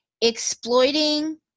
exploiting